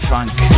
Funk